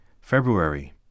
February